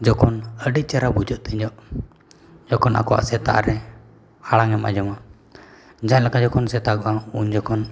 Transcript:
ᱡᱚᱠᱷᱚᱱ ᱟᱹᱰᱤ ᱪᱮᱦᱨᱟ ᱵᱩᱡᱷᱟᱹᱜ ᱛᱟᱦᱮᱸᱫᱚᱜ ᱡᱚᱠᱷᱚᱱ ᱟᱠᱚᱣᱟᱜ ᱥᱮᱛᱟᱜ ᱨᱮ ᱟᱲᱟᱝᱮᱢ ᱟᱸᱡᱚᱢᱟ ᱡᱟᱦᱟᱸᱞᱮᱠᱟ ᱡᱚᱠᱷᱚᱱ ᱥᱮᱛᱟᱜᱚᱜᱼᱟ ᱩᱱ ᱡᱚᱠᱷᱚᱱ